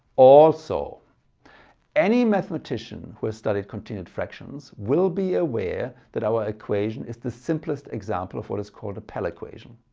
also any mathematician who has studied continued fractions will be aware that our equation is the simplest example of what is called a pell equation,